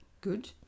Good